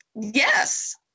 Yes